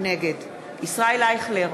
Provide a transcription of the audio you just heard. נגד ישראל אייכלר,